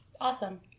Awesome